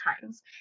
times